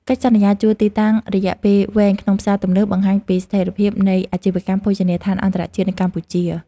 កិច្ចសន្យាជួលទីតាំងរយៈពេលវែងក្នុងផ្សារទំនើបបង្ហាញពីស្ថិរភាពនៃអាជីវកម្មភោជនីយដ្ឋានអន្តរជាតិនៅកម្ពុជា។